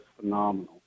phenomenal